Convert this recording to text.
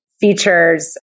features